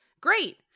great